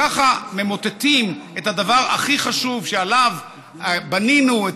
ככה ממוטטים את הדבר הכי חשוב שעליו בנינו את